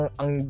ang